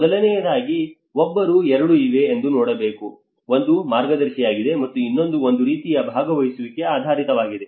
ಮೊದಲನೆಯದಾಗಿ ಒಬ್ಬರು ಎರಡು ಇವೆ ಎಂದು ನೋಡಬೇಕು ಒಂದು ಮಾರ್ಗದರ್ಶಿಯಾಗಿದೆ ಮತ್ತು ಇನ್ನೊಂದು ಒಂದು ರೀತಿಯ ಭಾಗವಹಿಸುವಿಕೆ ಆಧಾರಿತವಾಗಿದೆ